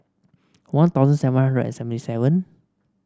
One Thousand seven hundred seventy seven